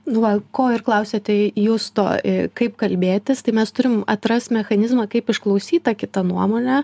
nu va ko ir klausėte justo kaip kalbėtis tai mes turim atrast mechanizmą kaip išklausyt tą kitą nuomonę